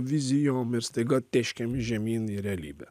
vizijom ir staiga tėškėm žemyn į realybę